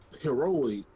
heroic